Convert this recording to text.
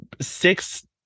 six